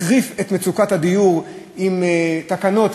החריף את מצוקת הדיור עם תקנות,